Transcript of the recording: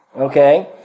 Okay